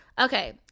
Okay